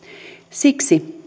siksi